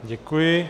Děkuji.